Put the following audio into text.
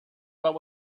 about